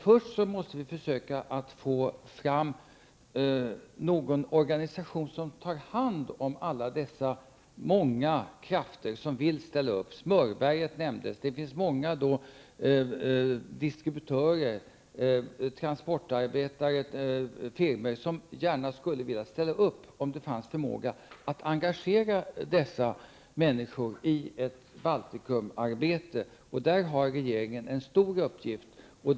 Först måste vi få fram en organisation som tar hand om alla dessa krafter som vill ställa upp. Smörberget nämndes. Det finns många distributörer, transportarbetare och firmor som gärna skulle vilja ställa upp, om det fanns en förmåga att engagera dessa människor i ett Baltikumarbete. Här har regeringen en stor uppgift.